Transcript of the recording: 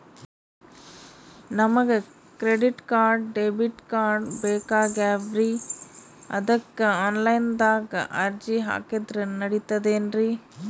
ನಮಗ credit card, debit card ಬೇಕಾಗ್ಯಾವ್ರೀ ಅದಕ್ಕ ಆನಲೈನದಾಗ ಅರ್ಜಿ ಹಾಕಿದ್ರ ನಡಿತದೇನ್ರಿ?